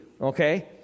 okay